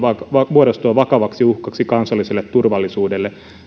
muodostua vakavaksi uhkaksi kansalliselle turvallisuudelle